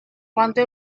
cuando